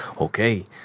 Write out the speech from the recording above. Okay